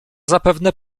zapewne